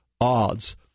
odds